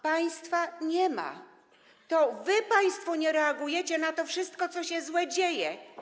Państwa nie ma, to wy państwo nie reagujecie na to wszystko, co się złego dzieje.